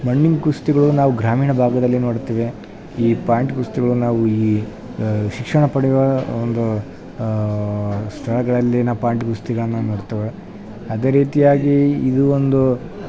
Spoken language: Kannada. ಮಣ್ಣಿನ ಕುಸ್ತಿಗಳು ನಾವು ಗ್ರಾಮೀಣ ಭಾಗದಲ್ಲಿ ನೋಡ್ತೀವಿ ಈ ಪಾಯಿಂಟ್ ಕುಸ್ತಿಗಳು ನಾವು ಈ ಶಿಕ್ಷಣ ಪಡೆಯುವ ಒಂದು ಸ್ಥಳಗಳಲ್ಲಿನ ಪಾಯಿಂಟ್ ಕುಸ್ತಿಗಳನ್ನು ನೋಡ್ತೇವೆ ಅದೇ ರೀತಿಯಾಗಿ ಇದು ಒಂದು